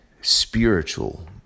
spiritual